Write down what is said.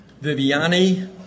Viviani